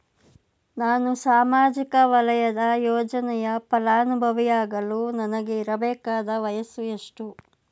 ನಾನು ಸಾಮಾಜಿಕ ವಲಯದ ಯೋಜನೆಯ ಫಲಾನುಭವಿಯಾಗಲು ನನಗೆ ಇರಬೇಕಾದ ವಯಸ್ಸುಎಷ್ಟು?